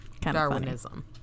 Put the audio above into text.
Darwinism